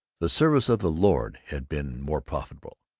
the service of the lord had been more profitable.